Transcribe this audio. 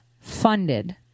funded